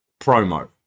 promo